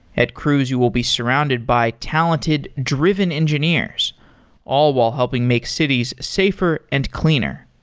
at cruise you will be surrounded by talented, driven engineers all while helping make cities safer and cleaner.